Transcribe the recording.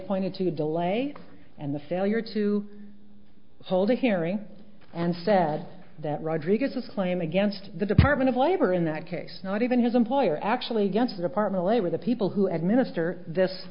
pointed to the delay and the failure to hold a hearing and said that rodriguez is a claim against the department of labor in that case not even his employer actually gets the department lay with the people who administer this